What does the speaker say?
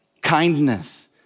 kindness